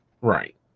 Right